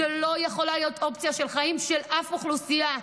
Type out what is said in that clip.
זו לא יכולה להיות אופציה בחיים של אף אוכלוסייה.